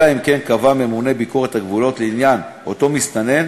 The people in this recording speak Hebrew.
אלא אם כן קבע ממונה ביקורת הגבולות לעניין אותו מסתנן